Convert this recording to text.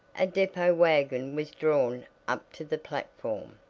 a depot wagon was drawn up to the platform,